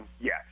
Yes